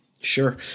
Sure